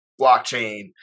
blockchain